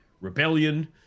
rebellion